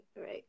right